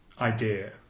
idea